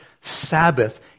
Sabbath